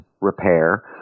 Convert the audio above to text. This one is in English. repair